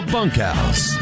Bunkhouse